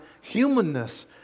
humanness